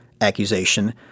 accusation